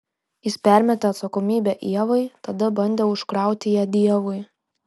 jis permetė atsakomybę ievai tada bandė užkrauti ją dievui